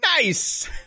Nice